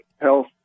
health